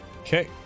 okay